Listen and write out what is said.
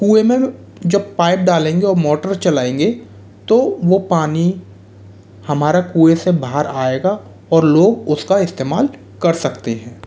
कुएँ में जब पाइप डालेंगे और मोटर चलाएंगे तो वो पानी हमारा कुएँ से बाहर आएगा और लोग उसका इस्तेमाल कर सकते हैं